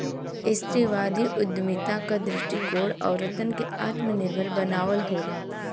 स्त्रीवादी उद्यमिता क दृष्टिकोण औरतन के आत्मनिर्भर बनावल होला